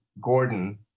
Gordon